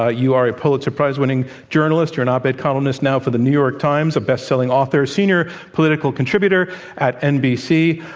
ah you are a pulitzer prize-winning journalist. you're an op ed columnist now for the new york times, a best-selling author, senior political contributor at nbc.